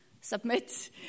submit